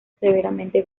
severamente